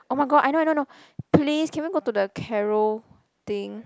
oh-my-god I know I know I know please can we go the carol thing